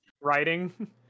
Writing